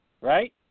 right